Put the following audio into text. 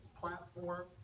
platform